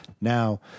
Now